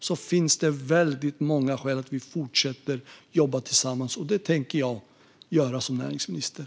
Det finns alltså väldigt många skäl till att fortsätta att jobba tillsammans, och det tänker jag göra som näringsminister.